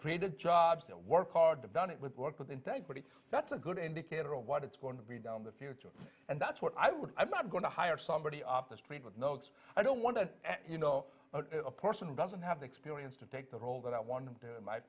created jobs that work hard done it with work with integrity that's a good indicator of what it's going to be down the future and that's what i would i'm not going to hire somebody off the street with noakes i don't want to you know a person doesn't have the experience to take the role that i want